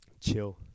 Chill